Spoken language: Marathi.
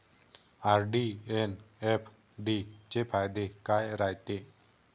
आर.डी अन एफ.डी चे फायदे काय रायते?